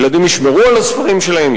שילדים ישמרו על הספרים שלהם,